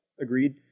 Agreed